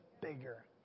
bigger